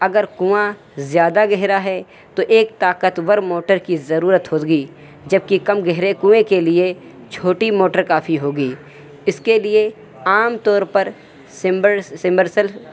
اگر کنواں زیادہ گہرا ہے تو ایک طاقتور موٹر کی ضرورت ہوگی جبکہ کم گہرے کنویں کے لیے چھوٹی موٹر کافی ہوگی اس کے لیے عام طور پر سمرسل